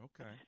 Okay